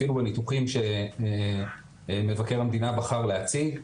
אפילו בניתוחים שמבקר המדינה בחר להציג.